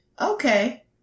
Okay